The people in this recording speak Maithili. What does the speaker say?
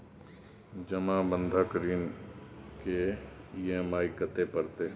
जमा बंधक ऋण के ई.एम.आई कत्ते परतै?